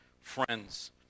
friends